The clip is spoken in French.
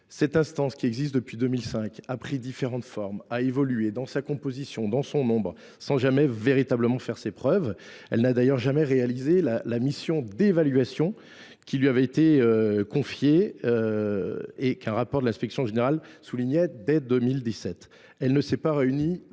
Cette instance, qui existe depuis 2005, a pris différentes formes, a évolué dans sa composition, dans le nombre de ses membres, sans jamais véritablement faire ses preuves. Elle n’a d’ailleurs jamais réalisé la mission d’évaluation qui lui avait été confiée, ce qu’un rapport de l’inspection générale a souligné dès 2017. Elle ne s’est pas réunie